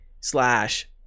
slash